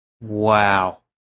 Wow